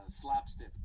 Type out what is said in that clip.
slapstick